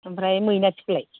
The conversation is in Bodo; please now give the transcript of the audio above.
ओमप्राय मैनाथिखौलाय